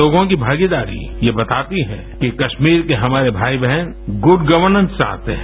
लोगों की भागीदारी ये बताती है कि कस्मीर के हमारे भाई बहन गुड गर्वनस चाहते हैं